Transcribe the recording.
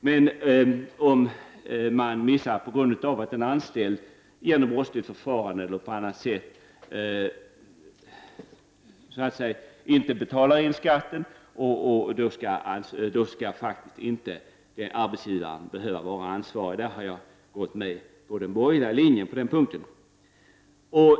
Men om arbetsgivaren missar det hela på grund av att en anställd till följd av t.ex. brottsligt förfarande inte betalar in skatten, skall han faktiskt inte behöva vara ansvarig. På den punkten har jag valt den borgerliga linjen.